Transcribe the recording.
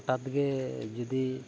ᱦᱚᱴᱟᱛᱜᱮ ᱡᱩᱫᱤ